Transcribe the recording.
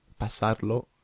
pasarlo